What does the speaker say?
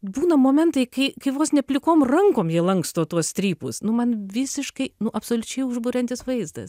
būna momentai kai kai vos ne plikom rankom jie lanksto tuos strypus nu man visiškai nu absoliučiai užburiantis vaizdas